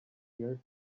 year